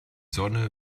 sonne